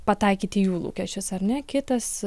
pataikyti į jų lūkesčius ar ne kitas